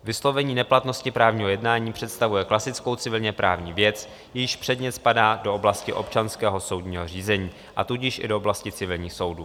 Vyslovení neplatnosti právního jednání představuje klasickou civilněprávní věc, jejíž předmět spadá do oblasti občanského soudního řízení, a tudíž i do oblasti civilních soudů.